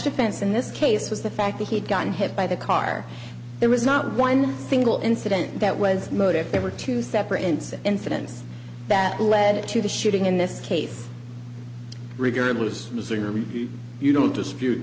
defense in this case was the fact that he had gotten hit by the car there was not one single incident that was mowed if there were two separate and incidents that led to the shooting in this case regardless missouri you don't dispute